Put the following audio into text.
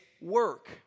work